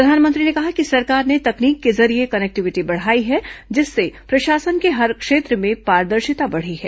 प्रधानमंत्री ने कहा कि सरकार ने तकनीक के जरिये क्नेक्विटी बढ़ाई है जिससे प्रशासन के हर क्षेत्र में पारदर्शिता बढी है